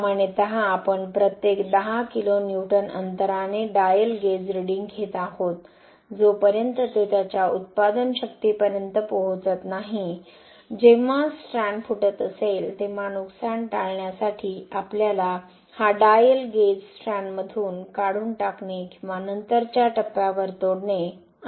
सामान्यत आपण प्रत्येक 10 किलो न्यूटन अंतराने डायल गेज रीडिंग घेत आहोत जोपर्यंत ते त्याच्या उत्पादन शक्तीपर्यंत पोहोचत नाही जेव्हा स्ट्रँड फुटत असेल तेव्हा नुकसान टाळण्यासाठी आपल्याला हा डायल गेज स्ट्रँडमधून काढून टाकणे किंवा नंतरच्या टप्प्यावर तोडणे आवश्यक आहे